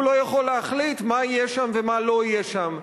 לא יכול להחליט מה יהיה שם ומה לא יהיה שם,